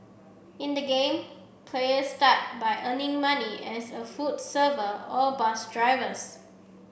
in the game players start by earning money as a food server or bus drivers